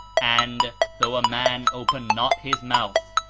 and, though a man open not his mouth,